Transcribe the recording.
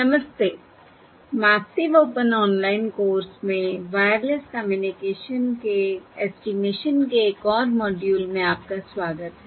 नमस्ते massive open online course में wireless communication के ऐस्टीमेशन के एक और मॉड्यूल में आपका स्वागत है